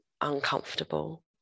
uncomfortable